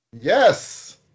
Yes